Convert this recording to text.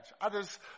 Others